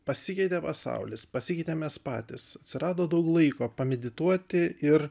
pasikeitė pasaulis pasikeitėm mes patys atsirado daug laiko pamedituoti ir